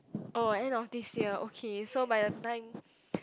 oh end of this year okay so by the time